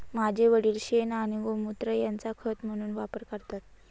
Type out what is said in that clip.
माझे वडील शेण आणि गोमुत्र यांचा खत म्हणून वापर करतात